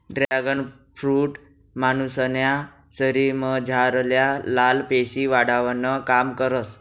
dragon fruit मानुसन्या शरीरमझारल्या लाल पेशी वाढावानं काम करस